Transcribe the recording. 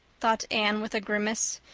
thought anne with a grimace,